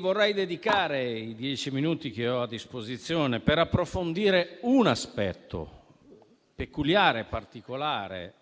vorrei dedicare il tempo che ho a disposizione per approfondire un aspetto peculiare, particolare,